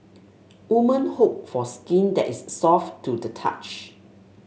woman hope for skin that is soft to the touch